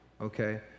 okay